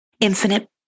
infinite